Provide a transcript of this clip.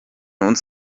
uns